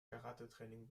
karatetraining